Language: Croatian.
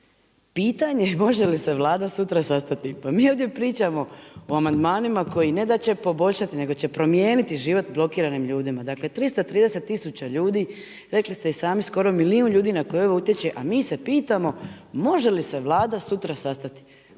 Pitanje može li se Vlada sutra sastati? Pa mi ovdje pričamo o amandmanima koji ne da će poboljšati, nego će promijeniti život blokiranim ljudima. Dakle 330 tisuća ljudi, rekli ste i sami, skoro milijun ljudi na koje ovo utječe a mi se pitamo može li se Vlada sutra sastati?